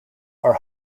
are